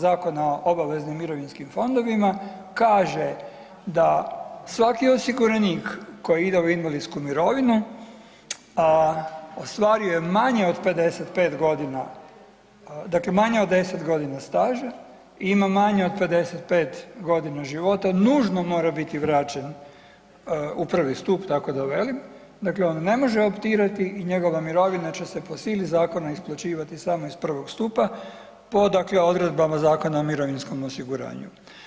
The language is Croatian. Zakona o obaveznim mirovinskim fondovima kaže da svaki osiguranik koji ide u invalidsku mirovinu, ostvario je manje od 55 godina, dakle manje od 10 godina staža i ima manje od 55 godina života nužno mora biti vraćen u prvi stup tako da velim, dakle on ne može optirati i njegova mirovina će se po sili zakona isplaćivati samo iz prvog stupa po dakle odredbama Zakona o mirovinskom osiguranju.